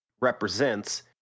represents